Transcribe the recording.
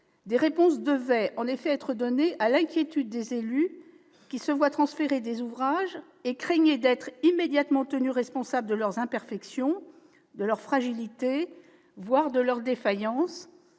Des réponses devaient en effet être apportées à l'inquiétude des élus, qui se voient transférer des ouvrages et craignaient d'être immédiatement tenus responsables de leurs imperfections, de leurs fragilités, voire de leurs défaillances.